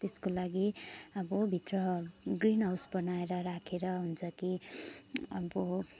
त्यसको लागि अब भित्र ग्रिन हाउस बनाएर राखेर हुन्छ कि अब